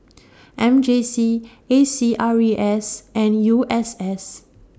M J C A C R E S and U S S